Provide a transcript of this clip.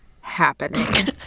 happening